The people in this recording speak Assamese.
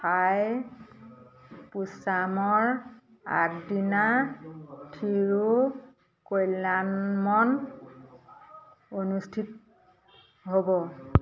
থাইপুছামৰ আগদিনা থিৰু কল্যাণমন অনুষ্ঠিত হ'ব